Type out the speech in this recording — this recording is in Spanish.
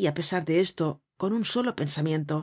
y á pesar de esto con un solo pensamiento